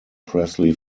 presley